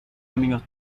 amigos